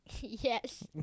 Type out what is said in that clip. Yes